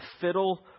fiddle